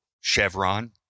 Chevron